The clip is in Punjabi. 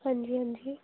ਹਾਂਜੀ ਹਾਂਜੀ